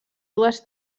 dues